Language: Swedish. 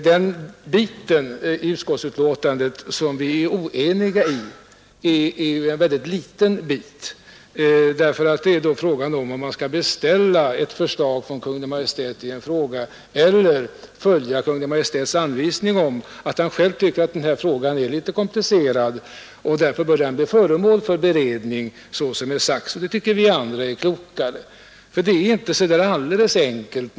Det stycket i utskottets betänkande som vi är oeniga om är en mycket liten del; den gäller bara huruvida vi skall beställa ett förslag av Kungl. Maj:t eller om vi skall följa Kungl. Maj:t, som tycker att denna fråga är så pass komplicerad att den bör utredas på det sätt som är föreslaget. Det tycker vi är det klokaste.